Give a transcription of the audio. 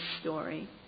story